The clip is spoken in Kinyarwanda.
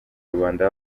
rubanda